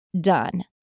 Done